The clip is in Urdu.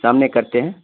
شام میں کرتے ہیں